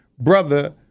brother